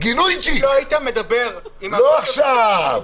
אם לא היית מדבר עם --- לא עכשיו --- בזמן